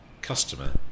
customer